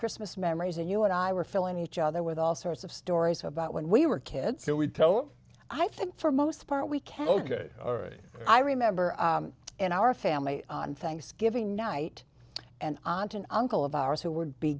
christmas memories and you and i were filling each other with all sorts of stories about when we were kids and we tell i think for most part we can ok i remember in our family on thanksgiving night and on an uncle of ours who would be